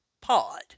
pod